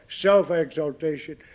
self-exaltation